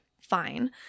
fine